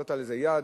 שנתת לזה יד,